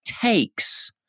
takes